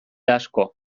asko